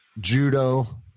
judo